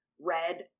Red